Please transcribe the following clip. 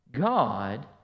God